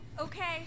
Okay